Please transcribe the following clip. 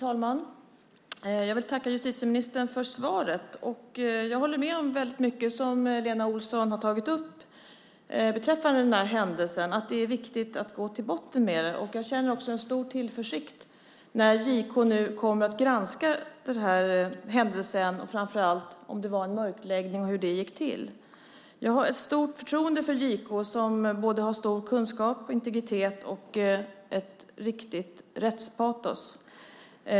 Herr talman! Jag tackar justitieministern för svaret. Jag håller med om mycket av det som Lena Olsson har tagit upp beträffande den här händelsen och att det är viktigt att gå till botten med den. Jag känner också stor tillförsikt när JK nu kommer att granska händelsen - framför allt om det var en mörkläggning och hur det gick till. Jag har stort förtroende för JK, som har både stor kunskap och integritet och ett riktigt rättspatos.